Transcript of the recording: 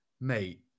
Mate